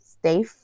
stay